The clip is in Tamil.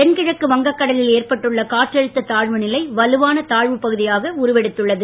தென்கிழக்கு வங்கக்கடலில் ஏற்பட்டுள்ள காற்றழுத்த தாழ்வுநிலை வலுவான தாழ்வு பகுதியாக உருவெடுத்துள்ளது